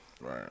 Right